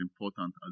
important